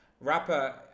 Rapper